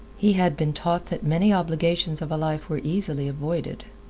he had been taught that many obligations of a life were easily avoided.